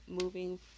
moving